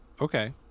Okay